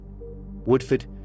Woodford